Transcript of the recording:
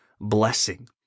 blessing